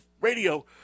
Radio